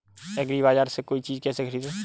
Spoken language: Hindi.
एग्रीबाजार से कोई चीज केसे खरीदें?